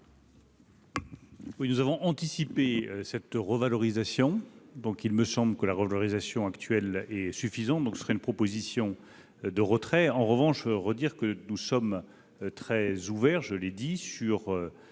Oui, nous avons anticipé cette revalorisation, donc il me semble que la revalorisation actuel est suffisant, donc ce serait une proposition de retrait en revanche redire que nous sommes très ouverts, je l'ai dit, sur